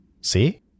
See